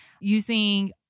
using